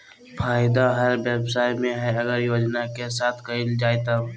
फायदा हर व्यवसाय में हइ अगर योजना के साथ कइल जाय तब